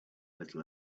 little